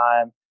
time